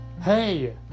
Hey